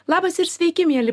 labas ir sveiki mieli